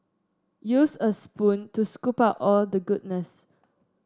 use a spoon to scoop out all the goodness